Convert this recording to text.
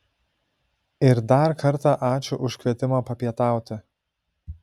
ir dar kartą ačiū už kvietimą papietauti